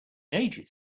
ages